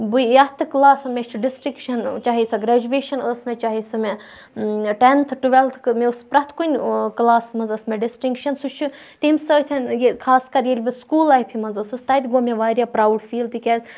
بہٕ یَتھ تہِ کلاسس مےٚ چھُ ڈِسٹنکشن چاہے سۄ گرؠجویشَن ٲس مےٚ چاہے سۄ مےٚ ٹؠنتھ ٹُوؠلتھٕ کٔر مےٚ ٲس پرٛؠتھ کُنہِ کَلاسس منز ٲس مےٚ ڈِسٹِنکشَن سُہ چھُ تمہِ سۭتۍ یہِ خاص کَر ییٚلہِ بہٕ سکوٗل لایِفہِ منز ٲسٕس تَتہِ گوٚو مےٚ واریاہ پراوُڈ فیٖل تِکیازِ